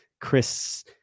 Chris